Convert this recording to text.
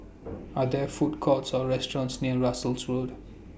Are There Food Courts Or restaurants near Russels Road